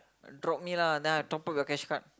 drop me lah then I top up your cash card